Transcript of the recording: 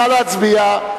נא להצביע.